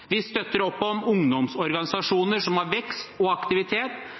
Vi støtter opp om ungdomsorganisasjoner som har vekst og aktivitet,